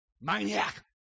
maniac